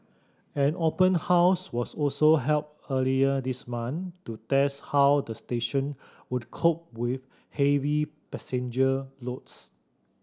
an open house was also held earlier this month to test how the station would cope with heavy passenger loads